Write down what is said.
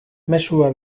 mezua